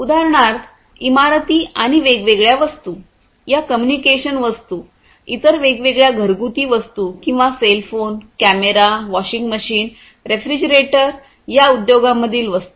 उदाहरणार्थ इमारती आणि वेगवेगळ्या वस्तू या कम्युनिकेशन वस्तू इतर वेगवेगळ्या घरगुती वस्तू किंवा cell phone camera washing machine refrigerator या उद्योगांमधील वस्तू